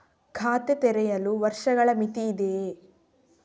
ಖಾತೆ ತೆರೆಯಲು ವರ್ಷಗಳ ಮಿತಿ ಇದೆಯೇ?